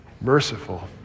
Merciful